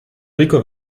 rico